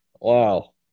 Wow